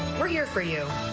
we're here for you.